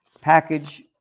package